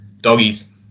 doggies